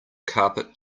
carpet